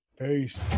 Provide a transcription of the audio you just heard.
peace